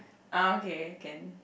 uh okay can